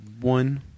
One